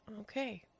Okay